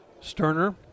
Sterner